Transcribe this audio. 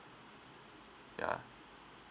yeah